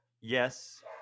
yes